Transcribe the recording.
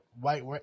white